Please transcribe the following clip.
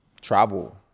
travel